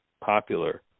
popular